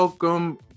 Welcome